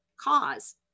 cause